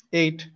eight